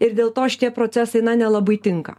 ir dėl to šitie procesai na nelabai tinka